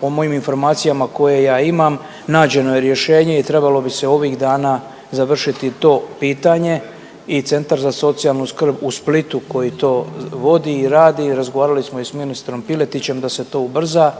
po mojim informacijama koje ja imam nađeno je rješenje i trebalo bi se ovih dana završiti to pitanje i Centar za socijalnu skrb u Splitu koji to vodi i radi, razgovarali smo i sa ministrom Piletićem da se to ubrza